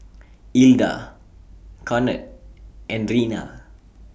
Ilda Conard and Reina